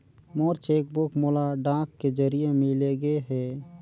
मोर cheque book मोला डाक के जरिए मिलगे हे